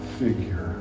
figure